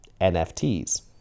NFTs